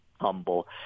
humble